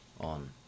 on